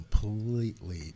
completely